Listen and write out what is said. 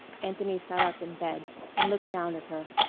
anthony sat up in bed and looked down at her.